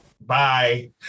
bye